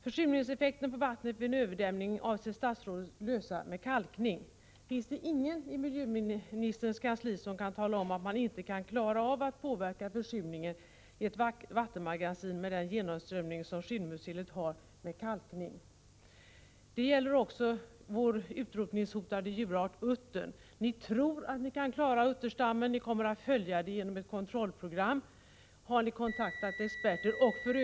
Försurningseffekten på vattnet vid en överdämning avser statsrådet att lösa med kalkning. Finns det ingen i miljöministerns kansli som kan tala om att man inte kan klara av att påverka försurningen i ett vattenmagasin med den genomströmning som Skinnmuddselet har med kalkning? Det gäller också vår utrotningshotade djurart uttern. Ni tror att ni kan klara utterstammen, och ni kommer att följa saken med ett kontrollprogram. Har ni kontaktat experter?